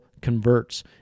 converts